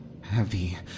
heavy